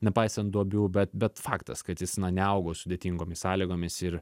nepaisant duobių bet bet faktas kad jis na neaugo sudėtingomis sąlygomis ir